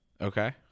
Okay